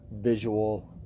visual